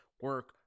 Work